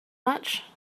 much